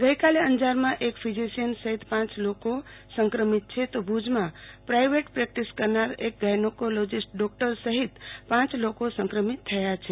ગઈકાલે અંજારમાં એક ફીઝીશીયન સફીત પ લોકો સંક્રમિત થયા છે તો ભુજમાં પ્રાઇવેટ પ્રેક્ટીસ કરનાર એક ગાયનેક ડોક્ટર સહીત પાંય લોકો સંક્રમિત થયા છે